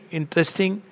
interesting